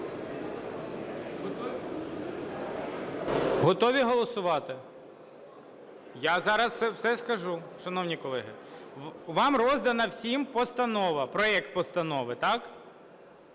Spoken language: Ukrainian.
Готові голосувати? Я зараз все скажу. Шановні колеги, вам роздана всім постанова, проект постанови, так.